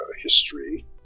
history